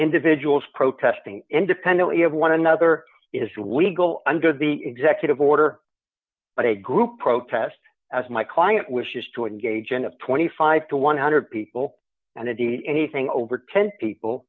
individuals protesting independently of one another is legal under the executive order but a group protest as my client wishes to engage and of twenty five to one hundred people and indeed anything over ten people